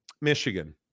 Michigan